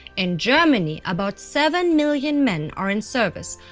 in germany about seven million men are in service,